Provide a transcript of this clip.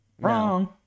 Wrong